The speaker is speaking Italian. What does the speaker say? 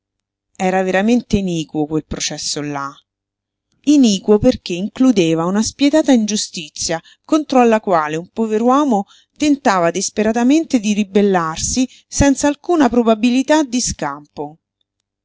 era veramente iniquo quel processo là iniquo perché includeva una spietata ingiustizia contro alla quale un pover'uomo tentava disperatamente di ribellarsi senza alcuna probabilità di scampo